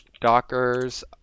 Dockers